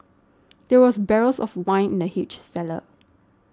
there were barrels of wine in the huge cellar